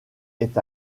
est